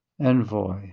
Envoy